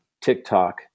TikTok